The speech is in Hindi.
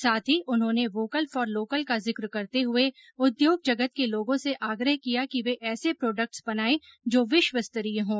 साथ ही उन्होंने वोकल फॉर लोकल का जिक्र करते हुए उद्योग जगत के लोगों से आग्रह किया कि वे ऐसे प्रोडक्ट्स बनाये जो विश्वस्तरीय हों